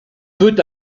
peut